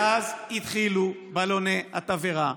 מאז התחילו בלוני התבערה,